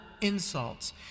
insults